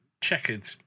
checkered